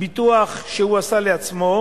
ביטוח שהוא עשה לעצמו,